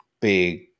big